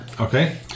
Okay